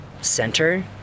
center